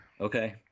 Okay